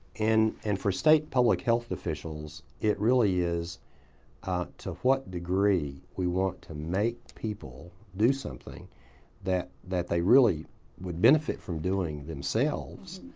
and and for state public health officials it really is to what degree we want to make people do something that that they really would benefit from doing themselves,